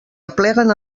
apleguen